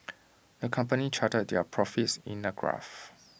the company charted their profits in A graph